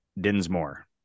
dinsmore